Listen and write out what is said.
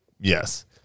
yes